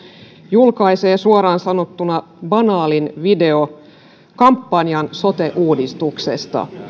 julkaisee suoraan sanottuna banaalin videokampanjan sote uudistuksesta